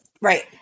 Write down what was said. Right